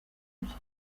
bye